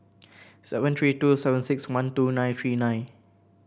seven three two seven six one two nine three nine